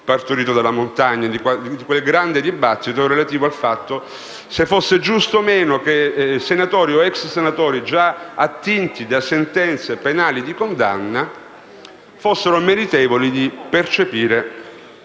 partorito dalla montagna in quel grande dibattito relativo al fatto se fosse giusto o meno che senatori o ex senatori, già attinti da sentenze penali di condanna, fossero meritevoli di percepire